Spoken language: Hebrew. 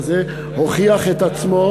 הוכיח את עצמו,